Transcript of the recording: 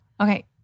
okay